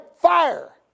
fire